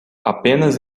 apenas